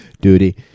Duty